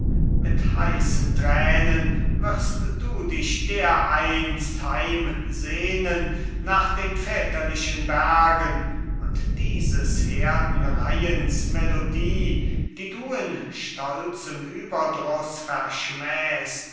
mit heissen tränen wirst du dich dereinst heimsehnen nach den väterlichen bergen und dieses herdenreihens melodie die du in stolzem überdruss verschmähst